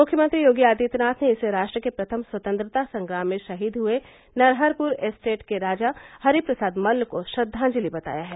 मुख्यमंत्री योगी आदित्यनाथ ने इसे राष्ट्र के प्रथम स्वतंत्रता संग्राम में शहीद हुये नरहरपुर एस्टेट के राजा हरि प्रसाद मल्ल को श्रद्वाजलि बताया है